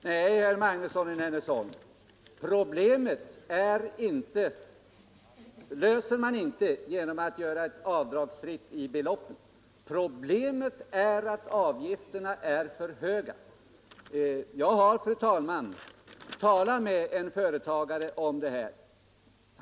Fru talman! Nej, herr Magnusson i Nennesholm, problemet löser man inte genom att införa ett avgiftsfritt belopp. Problemet är att avgifterna är för höga. Jag har, fru talman, talat med en företagare om det här.